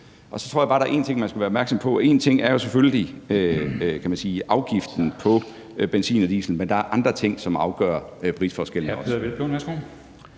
Så tror jeg bare, der er en ting, man skal være opmærksom på, for en ting er selvfølgelig, kan man sige, afgiften på benzin og diesel, men der er også andre ting, der afgør prisforskellen.